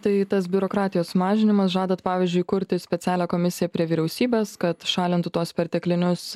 tai tas biurokratijos mažinimas žadat pavyzdžiui kurti specialią komisiją prie vyriausybės kad šalintų tuos perteklinius